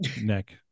neck